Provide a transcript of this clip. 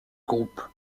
groupe